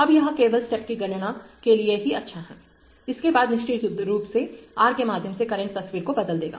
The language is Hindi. अब यह केवल स्टेप की गणना के लिए ही अच्छा है उसके बाद निश्चित रूप से R के माध्यम से करंट तस्वीर को बदल देगा